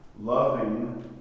loving